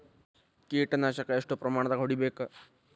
ಕೇಟ ನಾಶಕ ಎಷ್ಟ ಪ್ರಮಾಣದಾಗ್ ಹೊಡಿಬೇಕ?